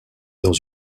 dans